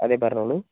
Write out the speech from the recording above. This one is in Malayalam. അതേ പറഞ്ഞോളു